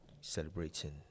celebrating